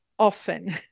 often